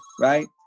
right